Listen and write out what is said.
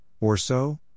Orso